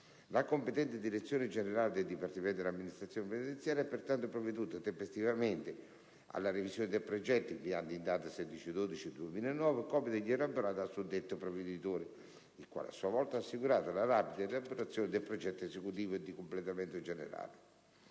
La competente direzione generale del Dipartimento dell'amministrazione penitenziaria ha, pertanto, provveduto tempestivamente alla revisione del progetto, inviando, in data 16 dicembre 2009, copia degli elaborati al suddetto provveditore, il quale, a sua volta, ha assicurato la rapida elaborazione del progetto esecutivo di completamento generale